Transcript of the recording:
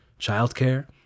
childcare